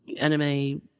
anime